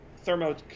thermo